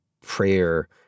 prayer